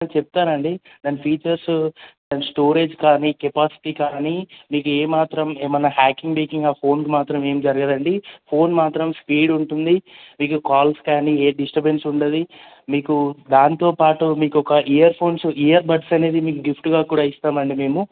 చెప్తానండి దాని ఫీచర్సు దాని స్టోరేజ్ కానీ కెపాసిటీ కానీ మీకు ఏ మాత్రం ఏమైనా హ్యాకింగ్ గీకింగ్ ఫోన్కి మాత్రం ఏం జరగదండి ఫోన్ మాత్రం స్పీడ్ ఉంటుంది మీకు కాల్స్ కానీ ఏ డిస్టర్బన్స్ ఉండదు మీకు దాంతో పాటు మీకు ఒక ఇయర్ ఫోన్సు ఇయర్ బడ్స్ అనేవి మీకు గిఫ్ట్గా కూడా ఇస్తామండి మేము